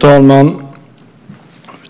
Fru